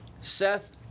Seth